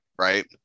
right